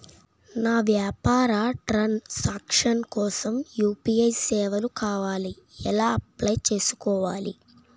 నా వ్యాపార ట్రన్ సాంక్షన్ కోసం యు.పి.ఐ సేవలు కావాలి ఎలా అప్లయ్ చేసుకోవాలి?